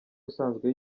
usanzwe